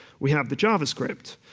we have the javascript,